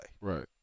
Right